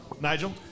Nigel